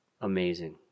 amazing